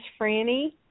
Franny